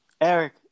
Eric